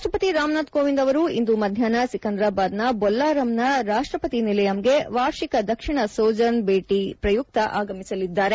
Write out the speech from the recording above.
ರಾಷ್ಟಪತಿ ರಾಮನಾಥ್ ಕೋವಿಂದ್ ಅವರು ಇಂದು ಮಧ್ಯಾಹ್ನ ಸಿಕಂದರಾಬಾದ್ನ ಬೊಲ್ಲಾರಮ್ನ ರಾಷ್ಟ್ ಪತಿ ನಿಲಯಂಗೆ ವಾರ್ಷಿಕ ದಕ್ಷಿಣ ಸೊಜರ್ನ್ ಭೇಟಿ ಪ್ರಯುಕ್ತ ಆಗಮಿಸಲಿದ್ದಾರೆ